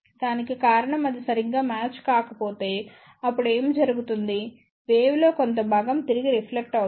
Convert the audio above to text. దానికి కారణం అది సరిగ్గా మ్యాచ్ కాకపోతే అప్పుడు ఏమి జరుగుతుంది వేవ్ లో కొంత భాగం తిరిగి రిఫ్లెక్ట్ అవుతుంది